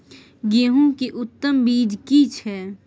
गेहूं के उत्तम बीज की छै?